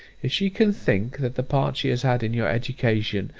if she can think, that the part she has had in your education,